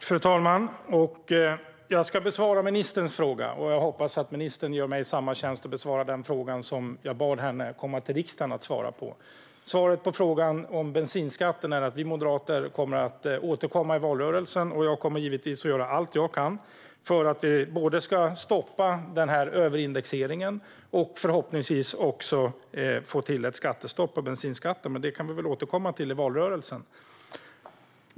Fru talman! Jag ska besvara ministerns fråga, och jag hoppas att ministern gör mig samma tjänst och besvarar den fråga som jag bad henne att komma till riksdagen och svara på. Svaret på frågan om bensinskatten är att vi moderater kommer att återkomma i valrörelsen, och jag kommer givetvis att göra allt jag kan för att vi både ska stoppa överindexeringen och, förhoppningsvis, få till ett skattestopp på bensinen. Men det kan vi återkomma till i valrörelsen.